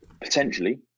potentially